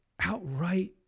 outright